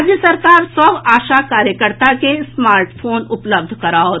राज्य सरकार सभ आशा कार्यकर्ता कँ स्मार्ट फोन उपलब्ध कराओत